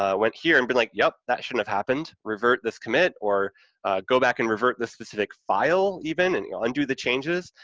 ah went here and been like, yep, that shouldn't have happened, revert this commit or go back and revert the specific file even, and you know undo the changes,